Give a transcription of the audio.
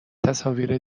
تصاویر